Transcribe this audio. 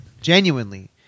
Genuinely